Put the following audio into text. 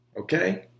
okay